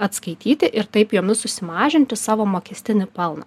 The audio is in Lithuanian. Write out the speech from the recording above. atskaityti ir taip jomis susimažinti savo mokestinį pelną